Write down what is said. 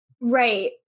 Right